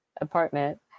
apartment